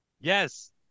Yes